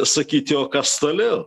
sakyti o kas toliau